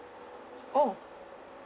oh